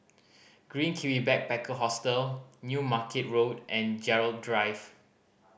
Green Kiwi Backpacker Hostel New Market Road and Gerald Drive